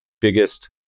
biggest